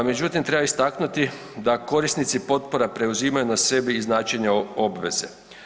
Međutim, treba istaknuti da korisnici potpora preuzimanju na sebe i značenje obveze.